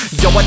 yo